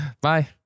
Bye